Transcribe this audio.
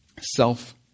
self